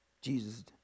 Jesus